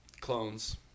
clones